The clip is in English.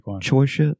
choice